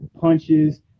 punches